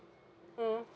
mm